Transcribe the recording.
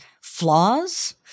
flaws